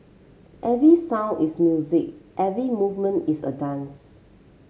every sound is music every movement is a dance